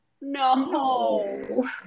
No